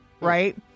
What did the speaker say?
right